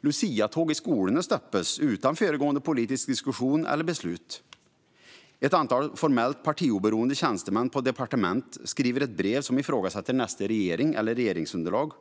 Luciatåg i skolorna stoppas utan föregående politisk diskussion eller beslut. Ett antal formellt partioberoende tjänstemän på ett departement skriver ett brev som ifrågasätter nästa regering eller regeringsunderlag.